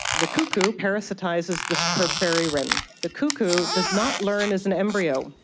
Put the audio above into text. the cuckoo parasitises the superb fairy wren. the cuckoo does not learn as an embryo,